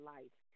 Life